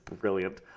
brilliant